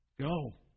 go